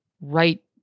right